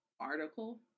Article